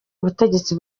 ubutegetsi